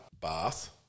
bath